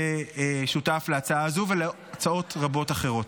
ששותף להצעה הזאת ולהצעות רבות אחרות.